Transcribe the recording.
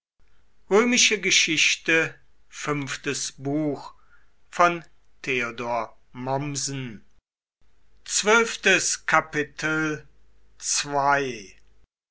römische geschichte in